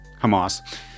hamas